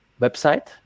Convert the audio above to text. website